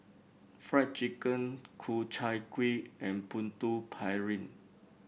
Fried Chicken Ku Chai Kuih and Putu Piring